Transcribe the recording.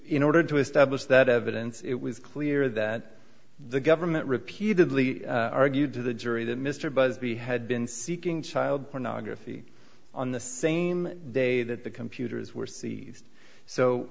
in order to establish that evidence it was clear that the government repeatedly argued to the jury that mr busby had been seeking child pornography on the same day that the computers were seized so